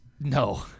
No